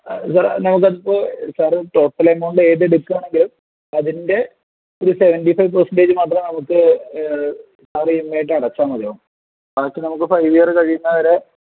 സാറെ നമുക്ക് അതിപ്പോൾ സാറ് ടോട്ടൽ എമൗണ്ട് ഏത് എടുക്കുകയാണെങ്കിലും അതിൻ്റെ ഒരു സെവെൻ്റി ഫൈവ് പേഴ്സൻ്റേജ് മാത്രമേ നമുക്ക് സാർ ഇ എം ഐയായിട്ടു അടച്ചാൽ മതിയാകും ബാക്കി നമുക്ക് ഫൈവ് ഇയർ കഴിയുന്ന വരെ